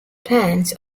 plans